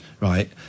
right